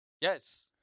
Yes